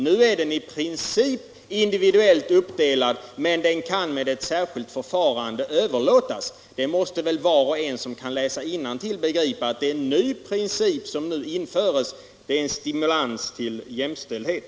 Nu är den i princip individuellt uppdelad, men den kan genom ett särskilt förfarande överlåtas. Var och en som kan läsa innantill måste väl begripa att det är ny princip som därigenom införs: det är en stimulans till jämställdhet.